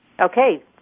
Okay